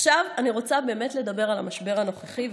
עכשיו אני רוצה באמת לדבר על המשבר הנוכחי,